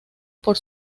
por